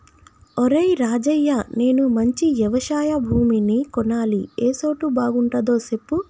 ఒరేయ్ రాజయ్య నేను మంచి యవశయ భూమిని కొనాలి ఏ సోటు బాగుంటదో సెప్పు